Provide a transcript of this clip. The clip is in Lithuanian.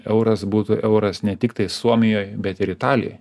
euras būtų euras ne tiktai suomijoj bet ir italija